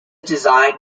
designed